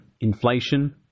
inflation